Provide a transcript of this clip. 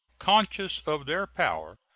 conscious of their power,